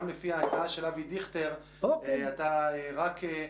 גם לפי ההצעה של אבי דיכטר, רק חמישית